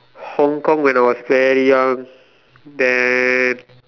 Hong-Kong when I was very young then